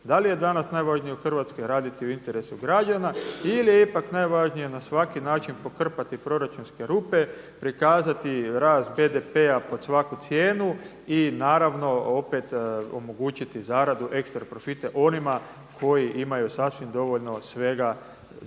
Da li je danas najvažnije u Hrvatskoj raditi u interesu građana ili je ipak najvažnije na svaki način pokrpati proračunske rupe, prikazati rast BDP-a pod svaku cijenu i naravno opet omogućiti zaradu, ekstra profite onima koji imaju sasvim dovoljno svega za,